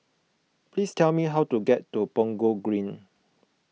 please tell me how to get to Punggol Green